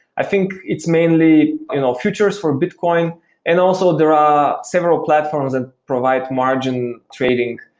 i think it's mainly and futures for bitcoin and also there are several platform that provide margin trading,